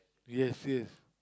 yes yes